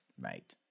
right